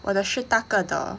我的是大个的